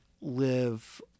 live